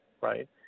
right